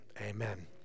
amen